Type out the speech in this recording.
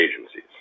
agencies